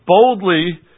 boldly